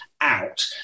out